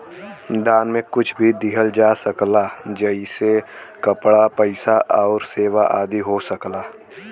दान में कुछ भी दिहल जा सकला जइसे कपड़ा, पइसा आउर सेवा आदि हो सकला